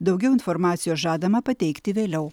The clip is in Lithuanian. daugiau informacijos žadama pateikti vėliau